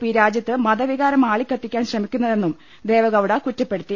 P രാജ്യത്ത് മതവികാരം ആളിക്കത്തിക്കാൻ ശ്രമിക്കുന്നതെന്നും ദേവെഗൌഡ കുറ്റപ്പെടുത്തി